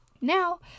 Now